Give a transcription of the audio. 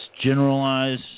generalize